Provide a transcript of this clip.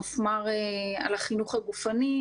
מפמ"ר חינוך גופני,